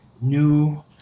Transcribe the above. new